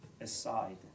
aside